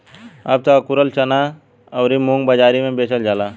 अब त अकुरल चना अउरी मुंग बाजारी में बेचल जाता